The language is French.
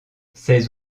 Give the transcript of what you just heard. ses